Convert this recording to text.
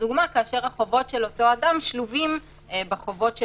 לדוגמה כאשר החובות של אותו אדם שלובים בחובות של